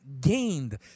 gained